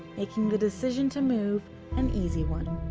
making the decision to move an easy one.